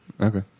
Okay